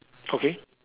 okay